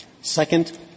Second